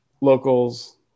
locals